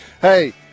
Hey